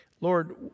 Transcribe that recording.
Lord